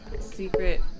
secret